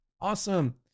Awesome